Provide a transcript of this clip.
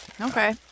Okay